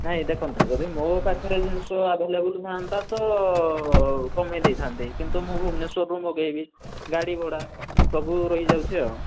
ନାଇଁ ଦେଖନ୍ତୁ ଯଦି ମୋ ପାଖରେ ଜିନିଷ ଆଭେଲେବୁଲ୍ ଥାଆନ୍ତା ତ କମେଇ ଦେଇଥାନ୍ତି କିନ୍ତୁ ମୁଁ ଭୁବେନେଶ୍ୱରରୁ ମଗାଇବି ଗାଡ଼ି ଭଡ଼ା ସବୁ ରହି ଯାଉଛି ଆଉ